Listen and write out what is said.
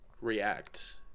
react